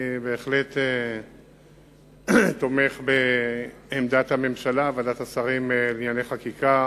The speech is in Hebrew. אני בהחלט תומך בעמדת הממשלה וועדת השרים לענייני חקיקה